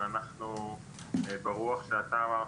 אבל אנחנו ברוח שאתה אמרת,